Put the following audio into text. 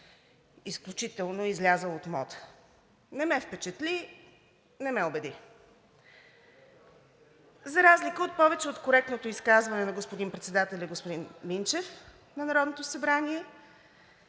изключително излязъл от мода. Не ме впечатли, не ме убеди! За разлика от повече от коректното изказване на господин Минчев – председател на Народното събрание,